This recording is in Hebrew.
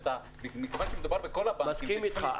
מכיוון שמדובר בכל הבנקים --- מסכים איתך.